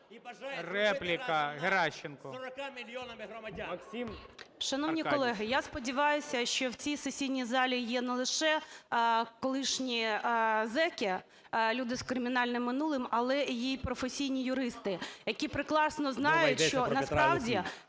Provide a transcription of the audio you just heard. Репліка - Геращенко. Максим Аркадійович!